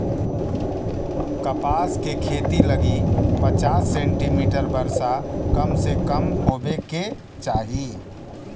कपास के खेती लगी पचास सेंटीमीटर वर्षा कम से कम होवे के चाही